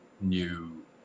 new